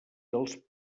dels